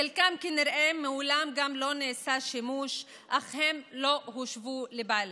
בחלקם כנראה גם מעולם לא נעשה שימוש אך הם לא הושבו לבעליהם.